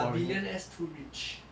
are billionaires too rich